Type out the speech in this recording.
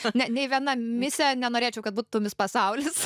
ne nei viena misija nenorėčiau kad būtų mis pasaulis